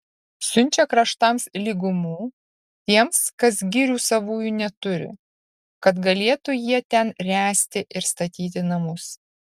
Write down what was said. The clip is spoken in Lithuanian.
siunčia kraštams lygumų tiems kas girių savųjų neturi kad galėtų jie ten ręsti ir statyti namus